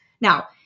Now